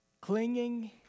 clinging